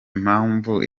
mpamvu